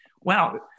Wow